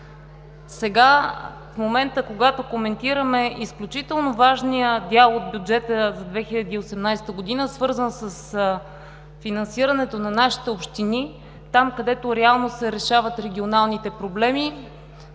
Сега, когато коментираме изключително важния дял от бюджета за 2018 г., свързан с финансирането на нашите общини – там, където реално се решават регионалните проблеми,